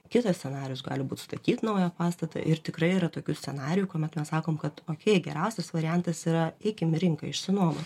kitas scenarijus gali būt statyt naują pastatą ir tikrai yra tokių scenarijų kuomet mes sakom kad o geriausias variantas yra eikim į rinką išsinuomot